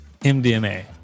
MDMA